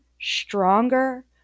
stronger